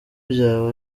byaba